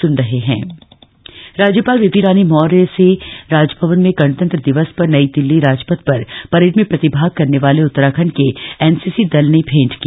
राज्यपाल मलाकात राज्यपाल बेबी रानी मौर्य से राजभवन में गणतंत्र दिवस पर नई दिल्ली राजपथ पर परेड में प्रतिभाग करने वाले उत्तराखण्ड के एनसीसी दल ने भैंट की